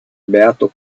beato